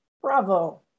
Bravo